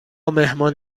مهمان